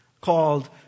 called